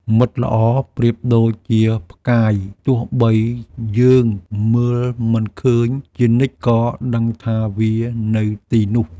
មិត្តល្អប្រៀបដូចជាផ្កាយ ទោះបីយើងមើលមិនឃើញជានិច្ច ក៏ដឹងថាវានៅទីនោះ។